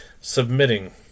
submitting